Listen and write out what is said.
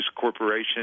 corporation